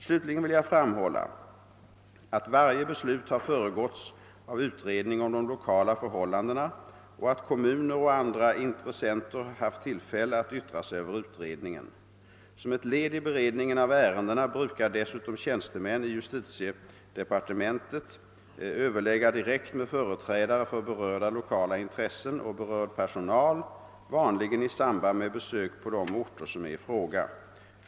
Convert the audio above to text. Slutligen vill jag framhålla att varje beslut har föregåtts av utredning om de lokala förhållandena och att kommuner och andra intressenter haft tillfälle att yttra sig över utredningen. Som ett led i beredningen av ärendena brukar dessutom tjänstemän i justitiedepartementet överlägga direkt med företrädare för berörda lokala intressen och berörd personal, vanligen i samband med besök på de orter som är i fråga.